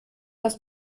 das